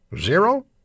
Zero